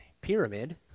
pyramid